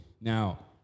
Now